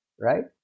right